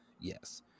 Yes